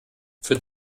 für